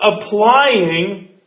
applying